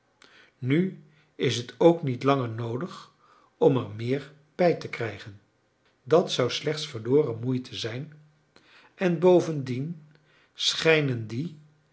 nu is het ook niet langer noodig om er meer bij te krijgen dat zou slechts verloren moeite zijn en bovendien schijnen die